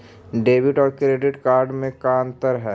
Debit और credit card में का अंतर है?